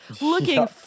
looking